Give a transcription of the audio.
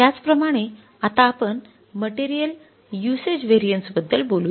त्याचप्रमाणे आता आपण मटेरियल युजन्स व्हेरिएन्सबद्दल बोलू या